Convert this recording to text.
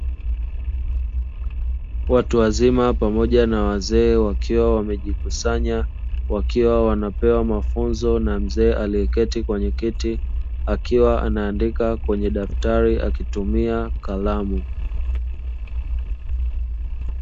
Watu wazima pamoja na wazee wakiwa wamejikusanya, wakiwa wanapewa mafunzo na mzee alieketi kwenye kiti. Akiwa anaandika kwenye daftari akitumia kalamu.